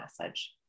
message